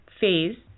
phase